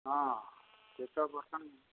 ହଁ କେତେ